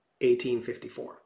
1854